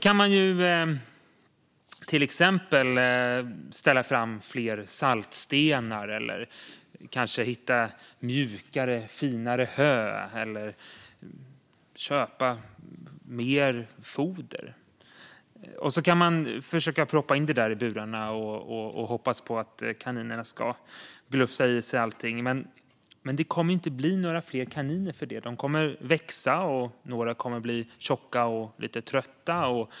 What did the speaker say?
Man kan till exempel ställa fram fler saltstenar, hitta mjukare och finare hö eller köpa mer foder. Man kan försöka att proppa in det i burarna och hoppas på att kaninerna glufsar i sig allting, men det kommer ju inte att bli några fler kaniner för det. De kommer att växa. Några kommer att bli tjocka och lite trötta.